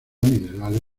minerales